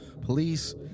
police